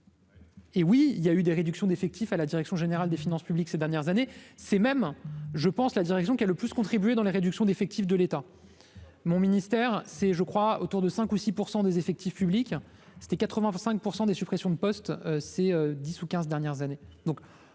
Et oui, il y a eu des réductions d'effectifs à la direction générale des finances publiques ces dernières années, c'est même je pense la direction qui a le plus contribué dans les réductions d'effectifs de l'état mon ministère, c'est, je crois, autour de 5 ou 6 % des effectifs publics c'était 85 % des suppressions de postes, ces 10 ou 15 dernières années,